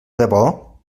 debò